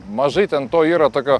mažai ten to yra tokio